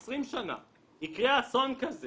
עשר או 20 שנה חלילה יקרה אסון כזה